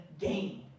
game